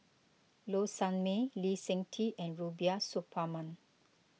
Low Sanmay Lee Seng Tee and Rubiah Suparman